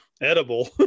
edible